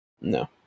No